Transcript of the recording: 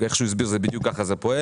זה פועל בדיוק כפי שהוא הסביר.